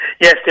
Yes